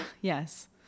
yes